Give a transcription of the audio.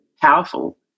powerful